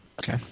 Okay